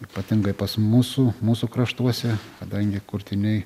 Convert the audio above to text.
ypatingai pas mūsų mūsų kraštuose kadangi kurtiniai